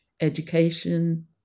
education